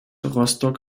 rostock